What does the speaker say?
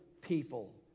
people